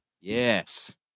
Yes